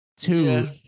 Two